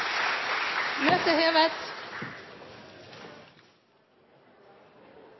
Møtet er hevet.